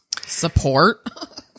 Support